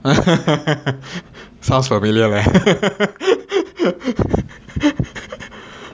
sounds familiar leh